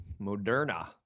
Moderna